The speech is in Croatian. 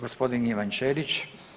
Gospodin Ivan Ćelić.